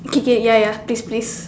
okay K ya ya please please